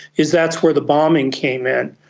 is that's where the bombing came in.